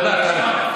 תודה, קרעי.